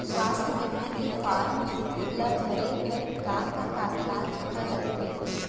स्वास्थ्य बीमा के फॉर्म ल भरे बर का का कागजात ह लगथे?